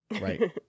right